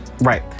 Right